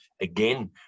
again